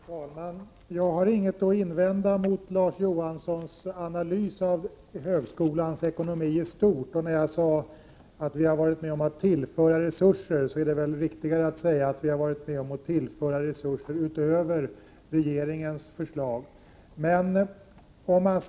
Skolengbslanings ma mn Fru talman! I stort har jag inget att invända mot Larz Johanssons analys av högskolans ekonomi. Om jag sade att vi har varit med om att ”tillföra resurser” borde jag ha sagt att vi har varit med om att ”tillföra resurser” utöver vad regeringen föreslagit.